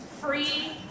free